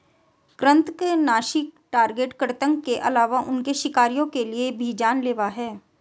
कृन्तकनाशी टारगेट कृतंक के अलावा उनके शिकारियों के लिए भी जान लेवा हैं